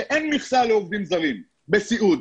שאין מכסה לעובדים זרים בסיעוד,